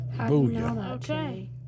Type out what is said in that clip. Okay